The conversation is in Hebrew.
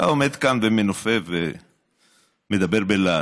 אתה עומד כאן ומנופף ומדבר בלהט.